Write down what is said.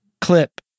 clip